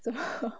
真的